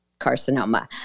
carcinoma